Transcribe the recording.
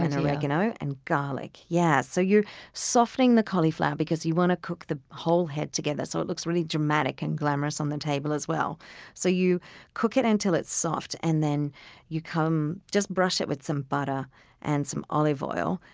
and oregano and garlic. yeah so you're softening the cauliflower because you want to cook the whole head together so it looks really dramatic and glamourous on the table as well so you cook it until it's soft. and then you just brush it with some butter but and some olive oil.